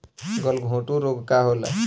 गलघोंटु रोग का होला?